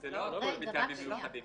זה לא הכל מטעמים מיוחדים.